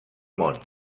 món